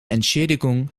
entschädigung